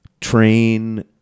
train